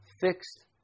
fixed